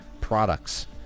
products